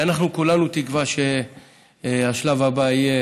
אנחנו כולנו תקווה שהשלב הבא יהיה